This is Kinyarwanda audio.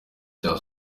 cya